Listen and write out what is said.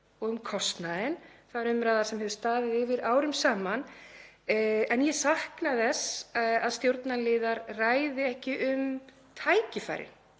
og kostnaðinn. Það er umræða sem hefur staðið yfir árum saman, en ég sakna þess að stjórnarliðar ræði ekki um tækifærin